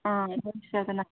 ꯑꯥ ꯍꯣꯜꯁꯦꯜꯗꯅ